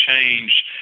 change